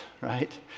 right